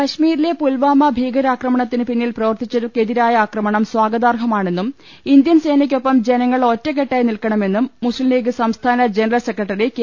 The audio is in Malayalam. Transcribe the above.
കാശ്മീരിലെ പുൽവാമ ഭീകരാക്രമണത്തിന് പിന്നിൽ പ്രവർത്തിച്ച വർക്കെതിരായ ആക്രമണം സ്വാഗതാർഹമാണെന്നും ഇന്ത്യൻ സേനയ്ക്കൊപ്പം ജനങ്ങൾ ഒറ്റക്കെട്ടായി നിൽക്കണമെന്നും മുസ്ലിം ലീഗ് സംസ്ഥാന ജനറൽ സെക്രട്ടറി കെ